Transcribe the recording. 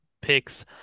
picks